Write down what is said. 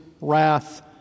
wrath